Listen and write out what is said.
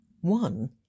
One